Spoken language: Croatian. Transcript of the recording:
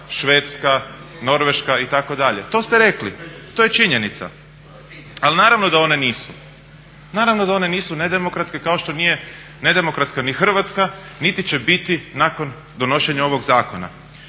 Švedska, Norveška itd. To ste rekli. To je činjenica. Ali naravno da one nisu. Naravno da one nisu nedemokratske kao što nije nedemokratska ni Hrvatska, niti će biti nakon donošenja ovog zakona.